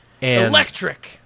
Electric